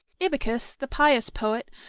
ibycus, the pious poet,